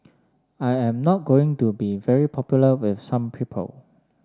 I am not going to be very popular with some people